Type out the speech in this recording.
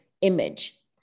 image